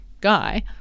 guy